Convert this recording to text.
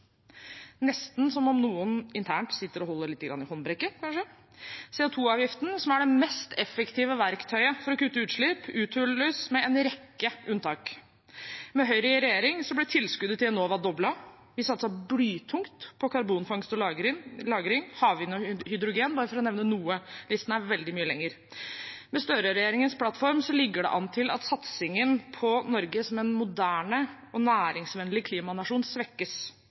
nesten som om noen internt sitter og holder litt i håndbrekket. CO 2 -avgiften, som er det mest effektive verktøyet for å kutte i utslipp, uthules med en rekke unntak. Med Høyre i regjering ble tilskuddet til Enova doblet, vi satset blytungt på karbonfangst og -lagring, havvind og hydrogen – bare for å nevne noe. Listen er veldig mye lengre. Med Støre-regjeringens plattform ligger det an til at satsingen på Norge som en moderne og næringsvennlig klimanasjon som lå i den blå-grønne regjeringens klimaplan, svekkes